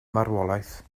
marwolaeth